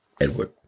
Edward